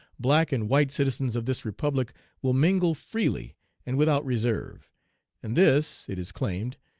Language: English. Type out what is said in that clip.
black and white citizens of this republic will mingle freely and without reserve and this, it is claimed,